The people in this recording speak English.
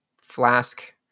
flask